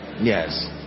Yes